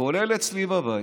כולל אצלי בבית,